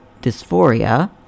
dysphoria